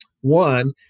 one